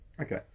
Okay